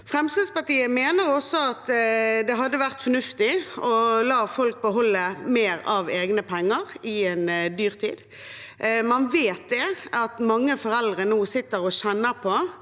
Fremskrittspartiet mener også at det hadde vært fornuftig å la folk beholde mer av egne penger i en dyrtid. Man vet at mange foreldre nå sitter og kjenner på